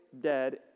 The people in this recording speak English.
dead